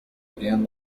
again